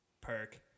Perk